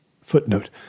Footnote